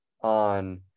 on